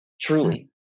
truly